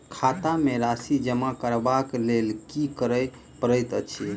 खाता मे राशि जमा करबाक लेल की करै पड़तै अछि?